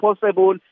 possible